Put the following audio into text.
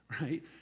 right